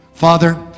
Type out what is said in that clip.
Father